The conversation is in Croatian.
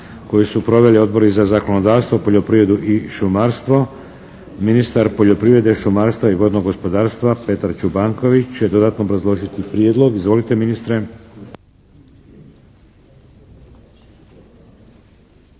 koju su proveli: Odbori za zakonodavstvo, poljoprivredu i šumarstvo. Ministar poljoprivrede, šumarstva i vodnog gospodarstva Petar Čobanković će dodatno obrazložiti prijedlog. Izvolite ministre.